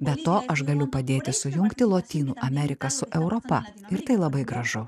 be to aš galiu padėti sujungti lotynų ameriką su europa ir tai labai gražu